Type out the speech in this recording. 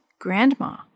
grandma